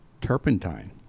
turpentine